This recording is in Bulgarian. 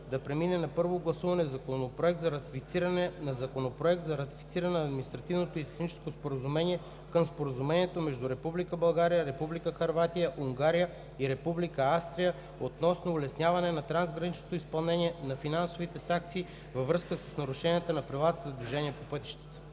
да приеме на първо гласуване Законопроекта за ратифициране на Административното и техническо споразумение към Споразумението между Република България, Република Хърватия, Унгария и Република Австрия относно улесняване на трансграничното изпълнение на финансови санкции във връзка с нарушения на правилата за движение по пътищата.“